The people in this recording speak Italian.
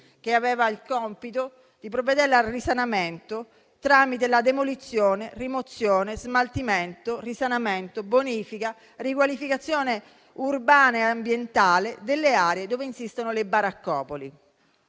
con il compito di provvedere al risanamento tramite demolizione, rimozione, smaltimento, risanamento, bonifica, riqualificazione urbana e ambientale delle aree in cui insistono le baraccopoli.